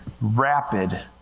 rapid